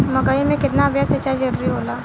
मकई मे केतना बेर सीचाई जरूरी होला?